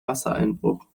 wassereinbruch